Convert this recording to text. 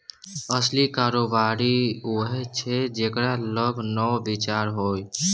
असली कारोबारी उएह छै जेकरा लग नब विचार होए